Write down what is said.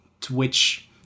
Twitch